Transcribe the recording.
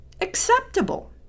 acceptable